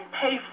pay